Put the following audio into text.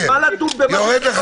בשביל מה לדון במשהו --- תוריד.